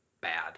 bad